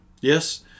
Yes